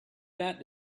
that